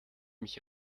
mich